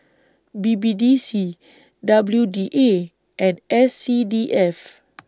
B B D C W D A and S C D F